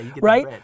right